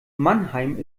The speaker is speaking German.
mannheim